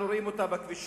אנחנו רואים בכבישים,